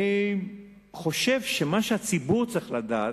אני חושב שמה שהציבור צריך לדעת,